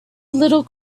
little